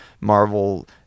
Marvel